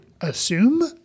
assume